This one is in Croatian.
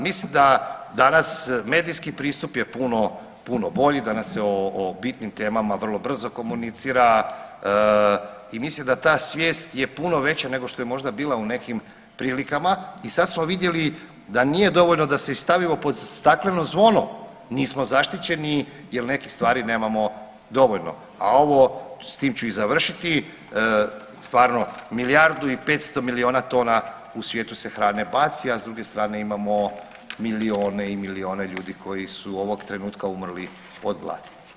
Mislim da danas medijski pristup je puno, puno bolji, danas se o bitnim temama vrlo brzo komunicira i mislim da ta svijest je puno veća nego što je možda bila u nekim prilikama i sad smo vidjeli da nije dovoljno da se stavimo pod stakleno zvono, nismo zaštićeni jel nekih stvari nemamo dovoljno, a ovo s tim ću i završiti, stvarno milijardu i 500 milijuna tona u svijetu se hrane baci, a s druge strane imamo milijune i milijune ljudi koji su ovog trenutka umrli od gladi.